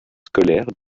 scolaires